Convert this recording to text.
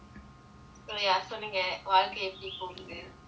so ya சொல்லுங்க வாழ்க்கை எப்படி போகுது:sollunga vaalkai eppadi poguthu